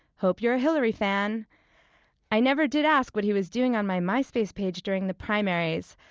hope you're a hillary fan i never did ask what he was doing on my myspace page during the primaries,